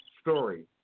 story